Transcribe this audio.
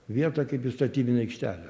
vietą kaip į statybinę aikštelę